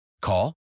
Call